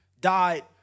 died